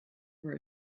for